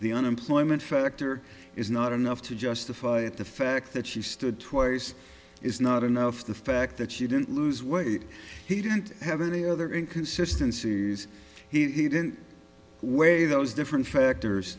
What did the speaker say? the unemployment factor is not enough to justify it the fact that she stood twice is not enough the fact that she didn't lose weight he didn't have any other in consistencies he didn't weigh those different factors